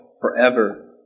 forever